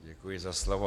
Děkuji za slovo.